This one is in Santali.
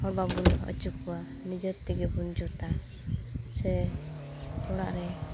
ᱵᱟᱵᱚᱱ ᱟᱹᱪᱩ ᱠᱚᱣᱟ ᱱᱤᱡᱮᱛᱮᱜᱮ ᱵᱚᱱ ᱡᱩᱛᱟ ᱥᱮ ᱚᱲᱟᱜ ᱨᱮ